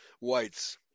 whites